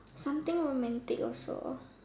something romantic also